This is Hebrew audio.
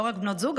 לא רק בנות זוג,